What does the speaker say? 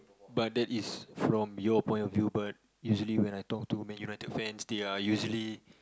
but that is from your point of view but usually when I talk to Man United fans they are usually